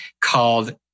called